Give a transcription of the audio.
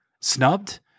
snubbed